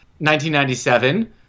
1997